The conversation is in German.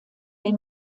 der